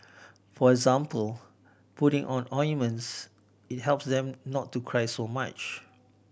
for example putting on ointments it helps them not to cry so much